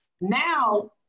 now